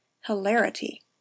Hilarity